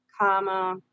comma